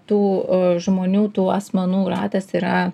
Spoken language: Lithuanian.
tų žmonių tų asmenų ratas yra